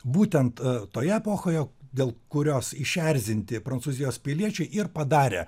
būtent toje epochoje dėl kurios išerzinti prancūzijos piliečiai ir padarė